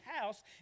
house